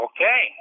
Okay